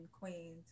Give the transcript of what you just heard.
Queens